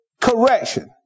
Correction